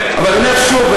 אבל אני אומר שוב,